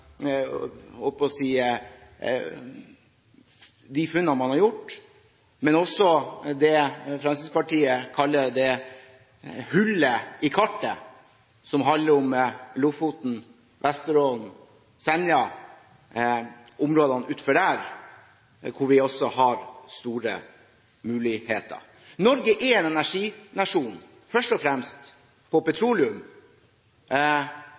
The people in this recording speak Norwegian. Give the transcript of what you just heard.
holdt på å si – de funnene man har gjort, og også det Fremskrittspartiet kaller hullet i kartet, som handler om Lofoten, Vesterålen og Senja og områdene utenfor, hvor vi også har store muligheter. Norge er en energinasjon, først og fremst på